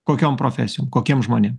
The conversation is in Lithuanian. kokiom profesijų kokiem žmonėm